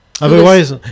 Otherwise